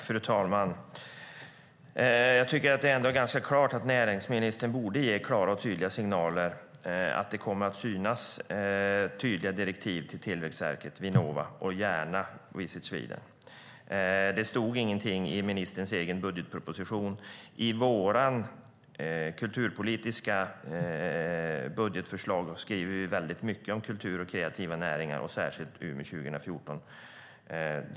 Fru talman! Jag tycker att det är ganska klart att näringsministern borde ge klara och tydliga signaler om att det kommer att finnas tydliga direktiv till Tillväxtverket, Vinnova, och gärna Visit Sweden. Det stod ingenting i ministerns egen budgetproposition. I vårt kulturpolitiska budgetförslag skriver vi väldigt mycket om kultur och kreativa näringar och särskilt om Umeå 2014.